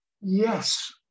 yes